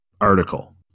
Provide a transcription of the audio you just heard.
article